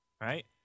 right